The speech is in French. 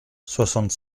soixante